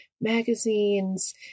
magazines